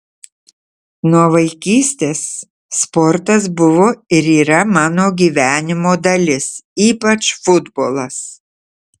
nuo vaikystės sportas buvo ir yra mano gyvenimo dalis ypač futbolas